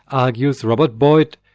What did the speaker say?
argues robert boyd,